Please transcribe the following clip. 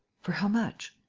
for how much?